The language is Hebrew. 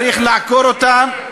צריך לעקור אותם,